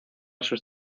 sus